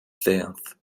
tenth